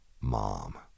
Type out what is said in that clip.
Mom